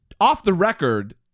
Off-the-record